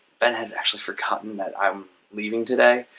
ben had actually forgotten that i'm leaving today.